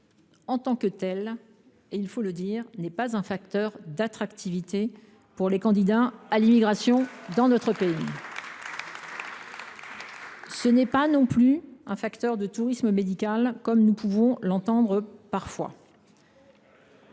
en tant que telle n’est pas un facteur d’attractivité pour les candidats à l’immigration dans notre pays. Ce n’est pas non plus un facteur de tourisme médical, comme nous pouvons parfois